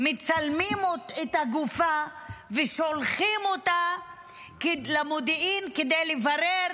מצלמים את הגופה ושולחים אותה למודיעין כדי לברר